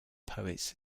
poets